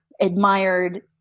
admired